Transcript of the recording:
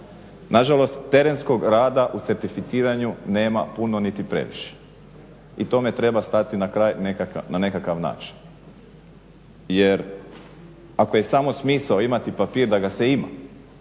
Nažalost, terenskog rada u certificiranju nema puno niti previše i tome treba stati na kraj na nekakav način. Jer ako je samo smisao imati papir da ga se ima